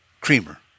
creamer